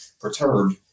perturbed